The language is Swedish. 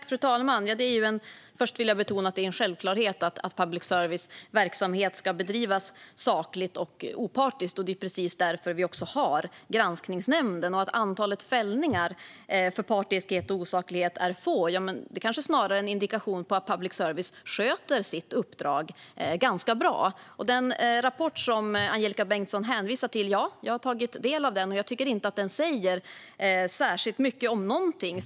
Fru talman! Först vill jag betona att det är en självklarhet att public services verksamhet ska bedrivas sakligt och opartiskt. Det är precis därför vi också har Granskningsnämnden. Att antalet fällningar för partiskhet och osaklighet är få kanske snarare är en indikation på att public service sköter sitt uppdrag ganska bra. Jag har tagit del av den rapport som Angelika Bengtsson hänvisar till, och jag tycker inte att den säger särskilt mycket om någonting.